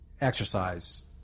exercise